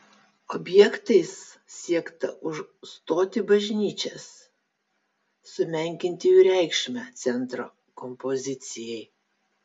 objektais siekta užstoti bažnyčias sumenkinti jų reikšmę centro kompozicijai